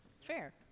Fair